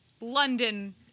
London